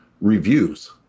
reviews